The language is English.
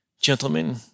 Gentlemen